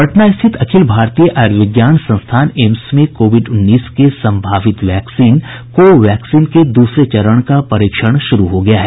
पटना स्थित अखिल भारतीय आयुर्विज्ञान संस्थान एम्स में कोविड उन्नीस के सम्भावित वैक्सीन कोवैक्सीन के दूसरे चरण का परीक्षण शुरू हो गया है